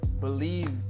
believe